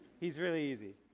he's really easy.